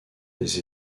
des